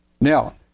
now